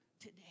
today